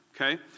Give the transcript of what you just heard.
okay